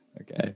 okay